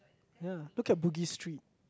yeah look at Bugis-Street